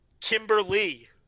Kimberly